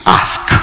ask